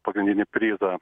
pagrindinį prizą